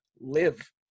live